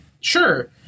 sure